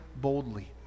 boldly